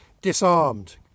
disarmed